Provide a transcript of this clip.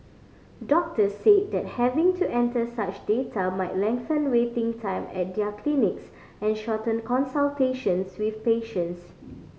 doctors said that having to enter such data might lengthen waiting time at their clinics and shorten consultations with patients